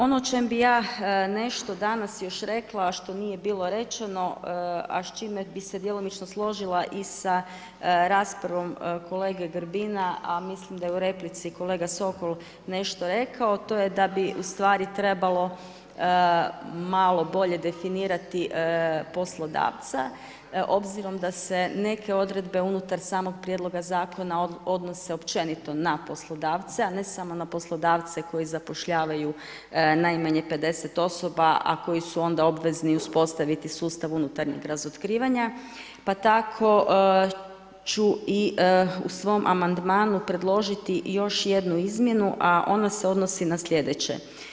Ono o čem bi ja nešto danas još rekla a što nije bilo rečeno a s čime bi se djelomično složila i sa raspravom kolege Grbina s mislim da je u replici kolega Sokol nešto rekao, to je da bi ustvari trebalo malo bolje definirati poslodavca obzirom da se neke odredbe unutar samoga prijedloga zakona odnose općenito na poslodavca a ne samo na poslodavce koji zapošljavaju najmanje 50 osoba a koji su onda obvezni uspostaviti sustav unutarnjeg razotkrivanja pa tako ću i u svom amandmanu predložiti još jednu izmjenu a ono se odnosi na slijedeće.